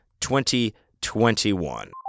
2021